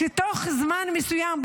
שתוך זמן מסוים,